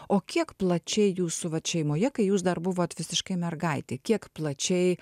o kiek plačiai jūsų vat šeimoje kai jūs dar buvot visiškai mergaitė kiek plačiai